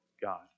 God